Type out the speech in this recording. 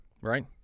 right